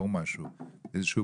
איזשהו